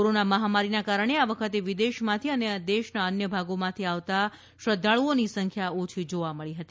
corona મહામારીને કારણે આ વખતે વિદેશમાંથી અને દેશના અન્ય ભાગોમાંથી આવતાં શ્રધ્ધાળુઓની સંખ્યા ઓછી જોવા મળી હતી